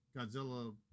Godzilla